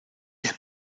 bien